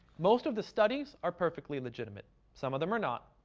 most of the studies are perfectly legitimate, some of them are not.